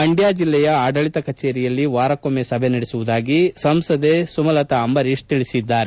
ಮಂಡ್ಕ ಜಿಲ್ಲೆಯ ಆಡಳಿತ ಕಚೇರಿಯಲ್ಲಿ ವಾರಕ್ಕೊಮ್ಮೆ ಸಭೆ ನಡೆಸುವುದಾಗಿ ಸಂಸದೆ ಸುಮಲತಾ ಅಂಬರೀಷ್ ಇಂದು ಹೇಳಿದ್ದಾರೆ